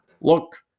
look